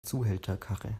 zuhälterkarre